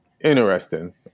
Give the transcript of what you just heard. interesting